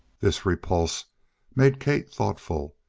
this repulse made kate thoughtful.